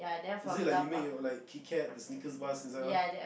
is it like you make your like Kit Kat Snickers bars inside all